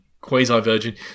Quasi-Virgin